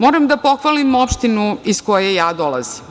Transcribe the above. Moram da pohvalim opštinu iz koje dolazim.